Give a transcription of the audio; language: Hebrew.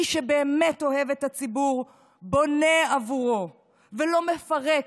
מי שבאמת אוהב את הציבור בונה עבורו ולא מפרק,